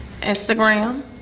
Instagram